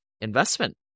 investment